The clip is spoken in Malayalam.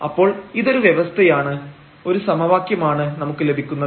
അപ്പോൾ ഇത് ഒരു വ്യവസ്ഥയാണ് ഒരു സമവാക്യമാണ് നമുക്ക് ലഭിക്കുന്നത്